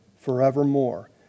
forevermore